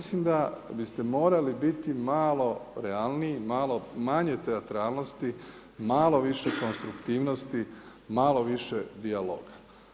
Ja mislim da biste morali biti mamo realniji, malo manje teatralnosti, malo više konstruktivnosti, malo više dijaloga.